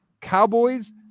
Cowboys